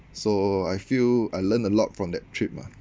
so I feel I learn a lot from that trip ah